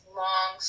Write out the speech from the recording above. long